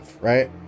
right